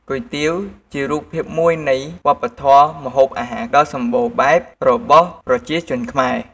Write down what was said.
គុយទាវ ជារូបភាពមួយនៃវប្បធម៌ម្ហូបអាហារដ៏សម្បូរបែបរបស់ប្រជាជនខ្មែរ។